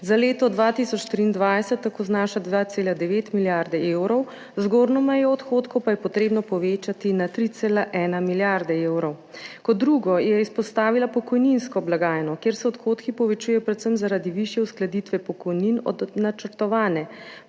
za leto 2023 tako znaša 2,9 milijarde evrov, zgornjo mejo odhodkov pa je treba povečati na 3,1 milijarde evrov. Kot drugo je izpostavila pokojninsko blagajno, kjer se odhodki povečujejo predvsem zaradi višje uskladitve pokojnin od načrtovane.